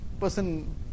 Person